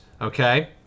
Okay